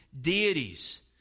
deities